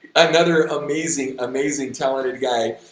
another amazing, amazing talented guy.